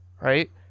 Right